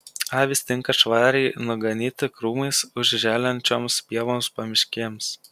avys tinka švariai nuganyti krūmais užželiančioms pievoms pamiškėms